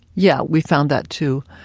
yeah, we found that too.